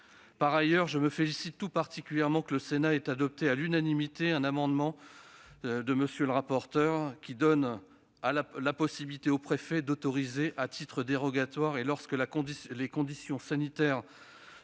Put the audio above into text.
Par ailleurs, je me félicite tout particulièrement que le Sénat ait adopté, à l'unanimité, un amendement présenté par M. le rapporteur : il s'agit de permettre au préfet d'autoriser, à titre dérogatoire et lorsque les conditions sanitaires